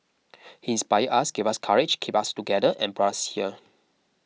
he inspired us gave us courage kept us together and brought us here